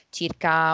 circa